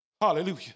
Hallelujah